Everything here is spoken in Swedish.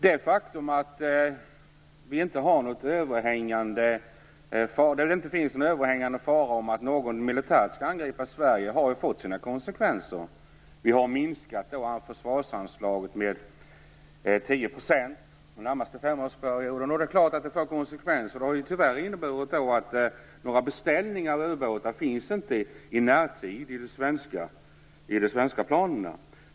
Det faktum att det inte finns en överhängande fara att någon militärt skall angripa Sverige har fått sin konsekvenser. Vi har minskat försvarsanslaget med 10 % för den närmaste femårsperioden. Det är klart att det får konsekvenser. Det har tyvärr inneburit att några beställningar av ubåtar inte finns i närtid i de svenska planerna.